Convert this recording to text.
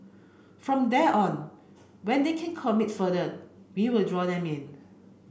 from there on when they can commit further we will draw them in